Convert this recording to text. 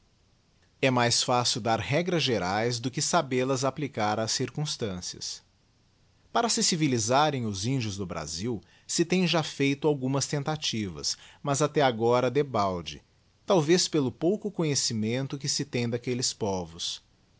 e mais fácil dar regras geraes do que sabel as applicar ás circumstancias para se civilisarem os índios do brasil se tem já feito algumas tentativa mas até agora debalde talvez pelo pouco conhecimento que se tem daquelles povos